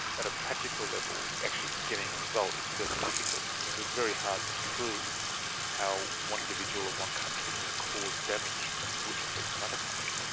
at a practical level actually getting a result is fairly difficult, because it's very hard to prove how one individual of one country has caused damage which affects another country.